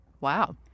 Wow